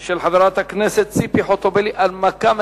של חבר הכנסת מטלון.